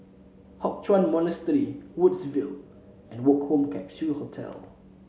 Hock Chuan Monastery Woodsville and Woke Home Capsule Hostel